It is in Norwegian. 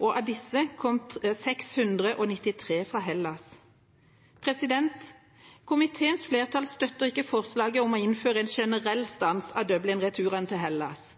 og av disse kom 693 fra Hellas. Komiteens flertall støtter ikke forslaget om å innføre en generell stans av Dublin-returene til Hellas.